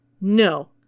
No